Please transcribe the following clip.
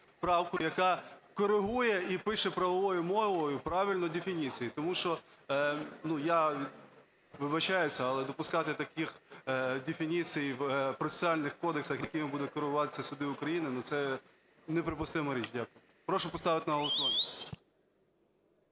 яка корегує і пише правовою мовою правильні дефініції. Тому що, ну, я вибачаюсь, але допускати таких дефініцій в процесуальних кодексах, якими будуть керуватися суди України, ну, це неприпустима річ. Дякую. Прошу поставити на